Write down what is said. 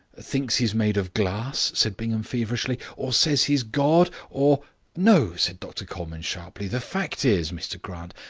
thinks he's made of glass, said bingham feverishly, or says he's god or no, said dr colman sharply the fact is, mr grant,